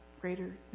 greater